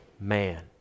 man